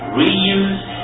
reuse